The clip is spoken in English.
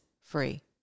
free